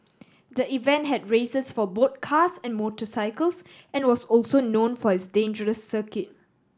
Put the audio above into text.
the event had races for both cars and motorcycles and was also known for its dangerous circuit